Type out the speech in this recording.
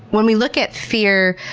when we look at fear,